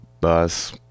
bus